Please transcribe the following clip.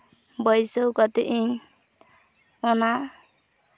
ᱵᱟᱹᱭᱥᱟᱹᱣ ᱠᱟᱛᱮᱫ ᱤᱧ ᱚᱱᱟ